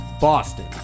Boston